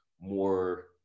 more